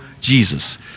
Jesus